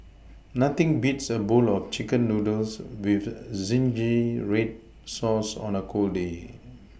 nothing beats a bowl of chicken noodles with zingy red sauce on a cold day